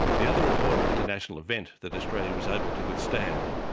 the other important international event that australia was able to withstand,